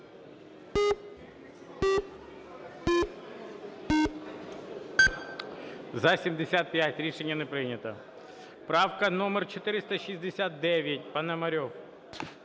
За-75 Рішення не прийнято. Правка номер 469, Пономарьов.